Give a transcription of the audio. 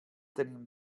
tenim